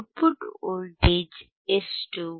output voltage ಎಷ್ಟು